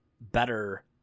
better